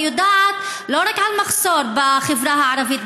אני יודעת לא רק על מחסור בחברה הערבית,